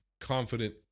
confident